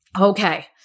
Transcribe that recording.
Okay